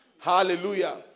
Hallelujah